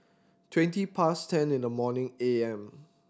twenty past ten in the morning A M